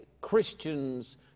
Christians